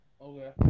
Okay